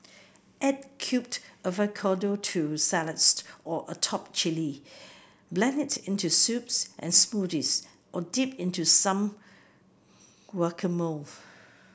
add cubed avocado to salads or atop chilli blend it into soups and smoothies or dip into some guacamole